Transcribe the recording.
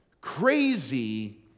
crazy